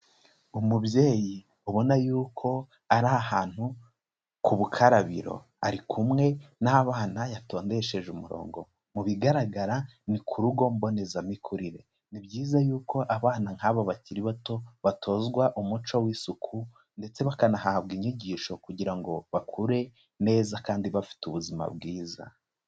Umubyeyi ubona yuko ari ahantu ku bukarabiro ari kumwe n'abana yatondesheje umurongo, mu bigaragara ni ku rugo mbonezamikurire, ni byiza yuko abana nk'aba bakiri bato batozwa umuco w'isuku ndetse bakanahabwa inyigisho kugira ngo bakure neza kandi bafite ubuzima bwiza.